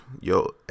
yo